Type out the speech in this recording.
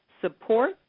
support